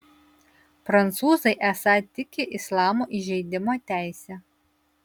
prancūzai esą tiki islamo įžeidimo teise